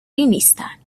نیستند